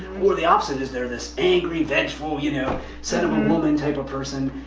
well the opposite is they're this angry, vengeful, you know sin of a woman, type of person,